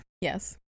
Yes